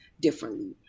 differently